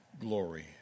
glory